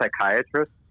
psychiatrist